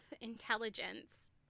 intelligence